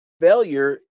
failure